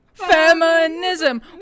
feminism